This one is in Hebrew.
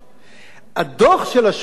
שופט בית-המשפט העליון לשעבר,